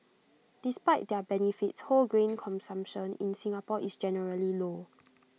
despite their benefits whole grain consumption in Singapore is generally low